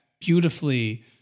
beautifully